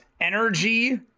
energy